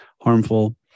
harmful